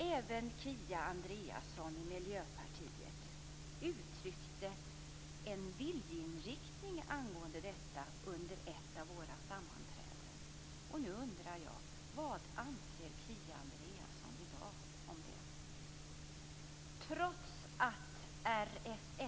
Även Kia Andreasson i Miljöpartiet uttryckte en viljeinriktning angående detta under ett av våra sammanträden. Vad anser Kia Andreasson i dag om det?